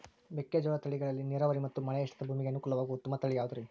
ಮೆಕ್ಕೆಜೋಳದ ತಳಿಗಳಲ್ಲಿ ನೇರಾವರಿ ಮತ್ತು ಮಳೆಯಾಶ್ರಿತ ಭೂಮಿಗೆ ಅನುಕೂಲವಾಗುವ ಉತ್ತಮ ತಳಿ ಯಾವುದುರಿ?